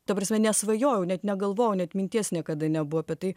ta prasme nesvajojau net negalvojau net minties niekada nebuvo apie tai